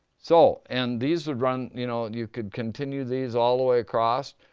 so, and these would run, you know, you could continue these all the way across.